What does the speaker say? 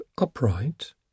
upright